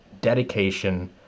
dedication